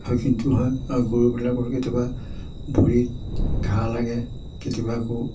হয় কিন্তু হয় আৰু গৰুবিলাকৰ কেতিয়াবা ভৰিত ঘাঁ লাগে কেতিয়াবা আকৌ